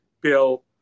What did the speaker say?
Bill